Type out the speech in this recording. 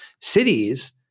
Cities